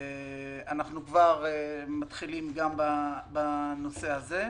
אנחנו מתחילים גם בנושא הזה.